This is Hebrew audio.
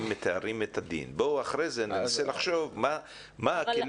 הם מתארים את הדין, אחרי זה ננסה לחשוב מה הכלים.